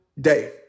day